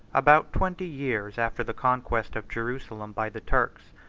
about twenty years after the conquest of jerusalem by the turks,